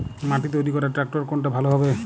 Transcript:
মাটি তৈরি করার ট্রাক্টর কোনটা ভালো হবে?